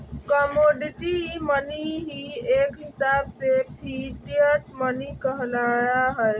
commodity money ही एक हिसाब से फिएट मनी कहला हय